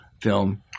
film